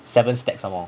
seven stacks or more